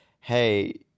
hey